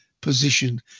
position